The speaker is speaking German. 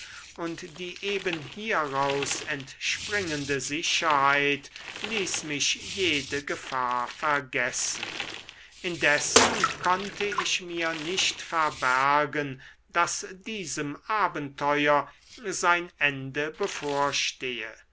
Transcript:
und die eben hieraus entspringende sicherheit ließ mich jede gefahr vergessen indessen konnte ich mir nicht verbergen daß diesem abenteuer sein ende bevorstehe